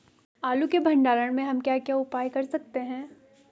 आलू के भंडारण में हम क्या क्या उपाय कर सकते हैं?